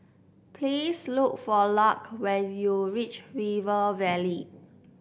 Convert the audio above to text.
please look for Lark when you reach River Valley